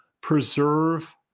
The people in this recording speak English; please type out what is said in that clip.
preserve